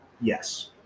Yes